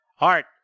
Art